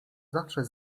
zawsze